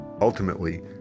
ultimately